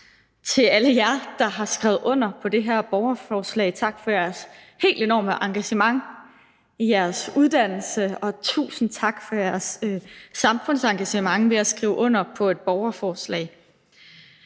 til alle jer, der har skrevet under på det her borgerforslag. Tak for jeres helt enorme engagement i jeres uddannelse, og tusind tak for jeres samfundsengagement ved at skrive under på et borgerforslag.